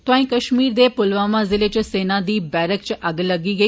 तोआई कश्मीर दे पुलवामा जिले इच सेना दी वैरक च अग्ग लग्गी गेई